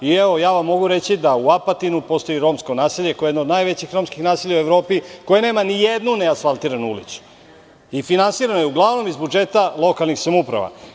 Mogu vam reći da u Apatinu postoji romsko naselje koje je jedno od najvećih romskih naselja u Evropi koje nema nijednu neasfaltiranu ulicu i finansirano je uglavnom iz budžeta lokalnih samouprava.